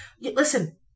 Listen